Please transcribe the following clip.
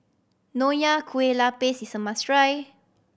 Nonya Kueh Lapis is a must try